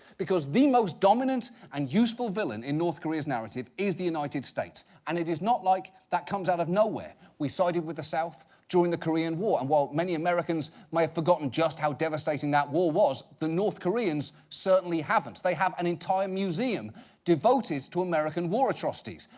because the most dominant and useful villain in north korea's narrative is the united states. and it is not like that comes out of nowhere. we sided with the south during the korean war. and while many americans may have forgotten just how devastating that war was, the north koreans certainly haven't. they have an entire museum devoted to american war atrocities.